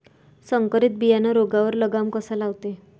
संकरीत बियानं रोगावर लगाम कसा लावते?